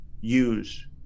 use